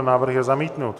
Návrh je zamítnut.